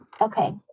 Okay